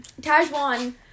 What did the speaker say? Tajwan